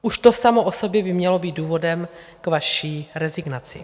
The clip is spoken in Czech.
Už to samo o sobě by mělo být důvodem k vaší rezignaci.